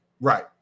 Right